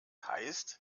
heißt